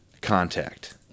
contact